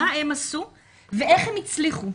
מה הם עשו ואיך הם הצליחו.